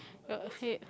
got ahead